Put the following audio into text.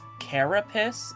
carapace